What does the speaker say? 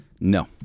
No